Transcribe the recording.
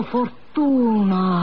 Fortuna